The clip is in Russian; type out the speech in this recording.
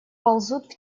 ползут